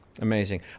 Amazing